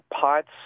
pots